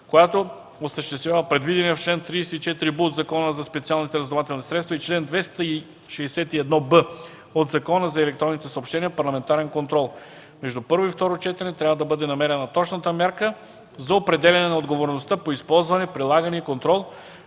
която осъществява предвидения в чл. 34б от Закона за специалните разузнавателни средства и чл. 261б от Закона за електронните съобщения парламентарен контрол. Между първо и второ четене трябва да бъде намерена точната мярка за определяне на отговорността по използване, прилагане и контрол